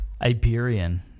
Iberian